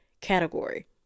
category